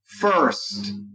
first